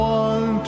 one